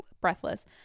Breathless